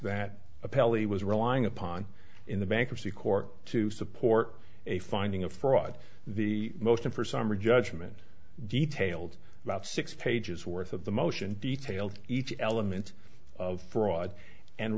that appellee was relying upon in the bankruptcy court to support a finding of fraud the most in for summary judgment detailed about six pages worth of the motion details each element of fraud and